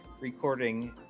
recording